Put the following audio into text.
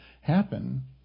happen